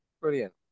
Brilliant